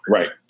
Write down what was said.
Right